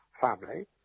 family